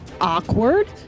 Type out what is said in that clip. awkward